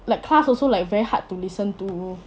like class also like very hard to listen to